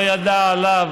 לא ידע עליו,